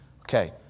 Okay